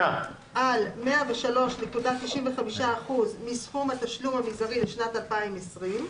על 103.95% מסכום התשלום המזערי לשנת 2020,